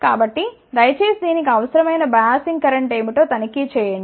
కాబట్టి దయచేసి దీనికి అవసరమైన బయాసింగ్ కరెంట్ ఏమిటో తనిఖీ చేయండి